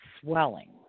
swelling